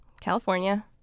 California